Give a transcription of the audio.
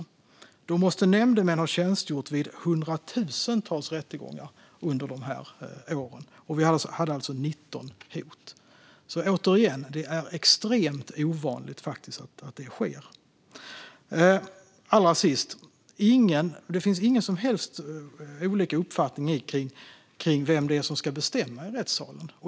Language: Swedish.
Under de åren måste nämndemän ha tjänstgjort vid hundratusentals rättegångar, och vi hade 19 fall av hot. Det är alltså extremt ovanligt att det sker. Allra sist: Det finns inga som helst olika uppfattningar om vem det är som ska bestämma i rättssalen.